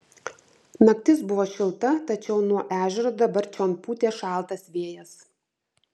naktis buvo šilta tačiau nuo ežero dabar čion pūtė šaltas vėjas